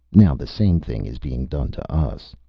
now the same thing is being done to us.